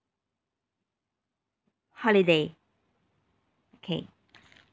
holiday okay